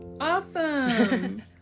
awesome